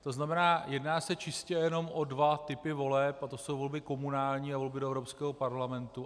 To znamená, jedná se čistě jenom o dva typy voleb, jsou to volby komunální a volby do Evropského parlamentu.